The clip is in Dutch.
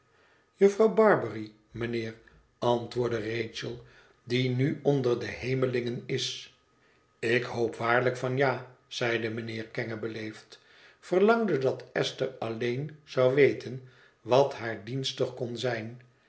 jufvrouw barbary mijnheer antwoordde rachel die nu onder de hemelingen is ik hoop waarlijk van ja zeide mijnheer kenge beleefd verlangde dat esther alleen zou weten wat haar dienstig kon zijn